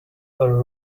are